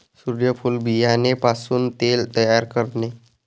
सूर्यफूल बियाणे पासून तेल तयार करणे